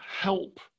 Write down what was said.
help